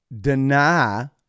deny